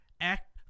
act